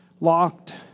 locked